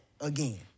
again